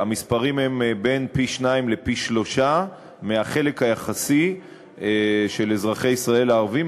והמספרים הם בין פי-שניים לפי-שלושה בחלק היחסי של אזרחי ישראל הערבים,